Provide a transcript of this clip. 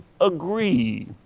agree